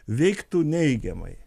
veiktų neigiamai